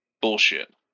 bullshit